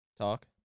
Talk